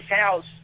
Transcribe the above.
house